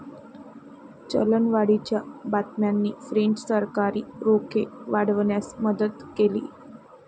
चलनवाढीच्या बातम्यांनी फ्रेंच सरकारी रोखे वाढवण्यास मदत केली